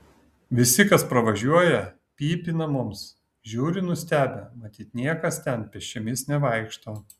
visi kas pravažiuoja pypina mums žiūri nustebę matyt niekas ten pėsčiomis nevaikšto